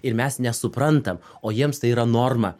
ir mes nesuprantam o jiems tai yra norma